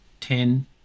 ten